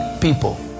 people